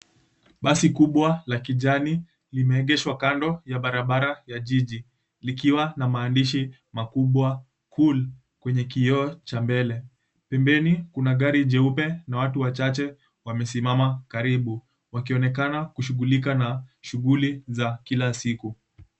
Basi kubwa la kijani limeegeshwa kando ya barabara ya jiji likiwa na maandishi makubwa cool kwenye kioo cha mbele. Pembeni kuna gari jeupe na watu wachache wamesimama karibu wakionekana wakishughulika na shughuli za kila siku.